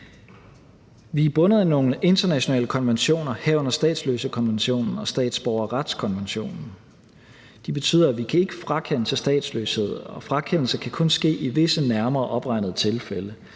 Vi er bundet af nogle internationale konventioner, herunder statsløsekonventionen og statsborgerretskonventionen, og det betyder, at vi ikke kan frakende til statsløshed, og at frakendelse kun kan ske i visse nærmere opregnede tilfælde.